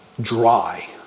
dry